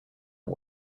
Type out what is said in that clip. are